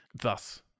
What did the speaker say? Thus